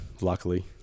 luckily